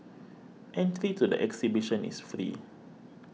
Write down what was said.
entry to the exhibition is free